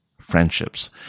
friendships